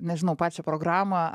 nežinau pačią programą